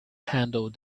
handle